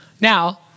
Now